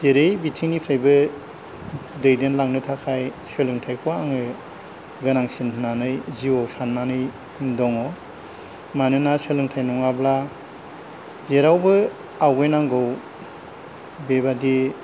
जेरै बिथिंनिफ्रायबो दैदेनलांनो थाखाय सोलोंथाइखौ आङो गोनांसिन होननानै जिउआव साननानै दङ मानोना सोलोंथाइ नङाब्ला जेरावबो आवगायनांगौ बेबायदि